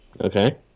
Okay